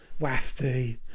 Wafty